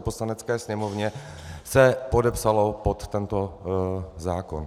Poslanecké sněmovně se podepsalo pod tento zákon.